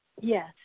Yes